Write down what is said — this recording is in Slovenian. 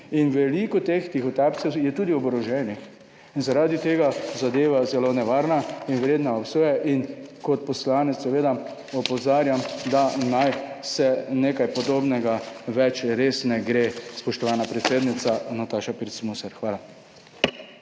in veliko teh tihotapcev je tudi oboroženih in zaradi tega zadeva je zelo nevarna in vredna obsoja. In kot poslanec seveda opozarjam, da naj se nekaj podobnega več res ne gre, spoštovana predsednica Nataša Pirc Musar. Hvala.